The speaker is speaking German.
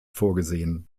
vorgesehen